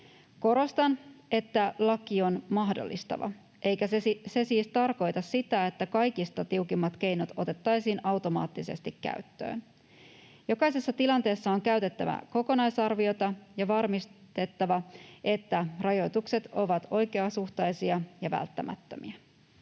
Korostan, että laki on mahdollistava eikä se siis tarkoita sitä, että kaikista tiukimmat keinot otettaisiin automaattisesti käyttöön. Jokaisessa tilanteessa on käytettävä kokonaisarviota ja varmistettava, että rajoitukset ovat oikeasuhtaisia ja välttämättömiä.